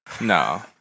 No